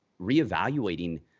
reevaluating